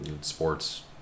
sports